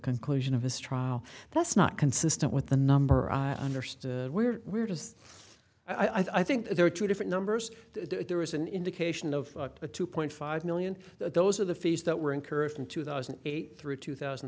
conclusion of his trial that's not consistent with the number i understood where we're just i think there are two different numbers there was an indication of a two point five million those are the fees that were incurred from two thousand and eight through two thousand